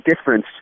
difference